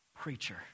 preacher